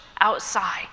outside